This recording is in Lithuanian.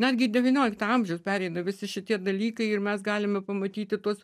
netgi devyniolikto amžiaus pereina visi šitie dalykai ir mes galime pamatyti tuos